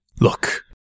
Look